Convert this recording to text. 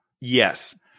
Yes